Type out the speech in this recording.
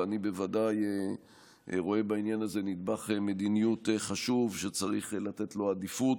ואני בוודאי רואה בעניין הזה נדבך מדיניות חשוב שצריך לתת לו עדיפות.